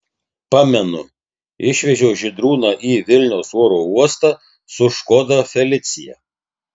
pamenu išvežiau žydrūną į vilniaus oro uostą su škoda felicia